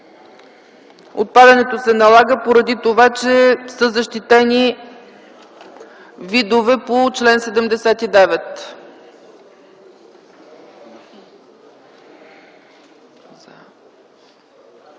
Отпадането се налага поради това, че са защитени видове по чл. 79.